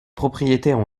propriétaires